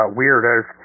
weirdos